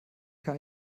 kann